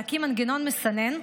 להקים מנגנון מסנן,